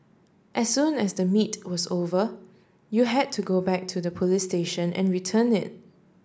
as soon as the meet was over you had to go back to the police station and return it